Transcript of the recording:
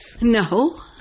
No